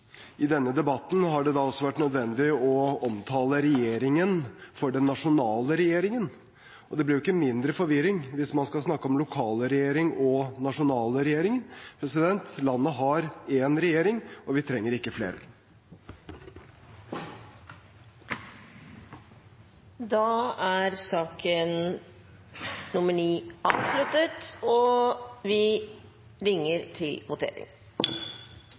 I denne debatten har det altså vært nødvendig å omtale regjeringen som den nasjonale regjeringen, og det blir ikke mindre forvirring hvis man skal snakke om lokalregjeringen og nasjonalregjeringen. Landet har én regjering, og vi trenger ikke flere. Debatten i sak nr. 9 er dermed avsluttet. Da er Stortinget klar til